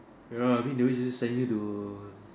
ya mean doing this sent you to